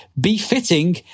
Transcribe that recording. befitting